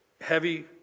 heavy